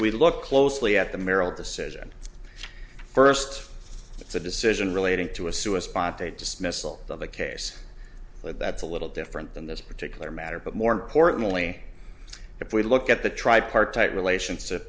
we look closely at the merrill decision first it's a decision relating to a sewer sponte dismissal of a case that's a little different than this particular matter but more importantly if we look at the tripartite relationship